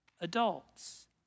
adults